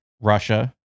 Russia